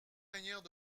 manières